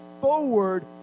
forward